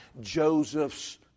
Joseph's